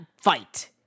fight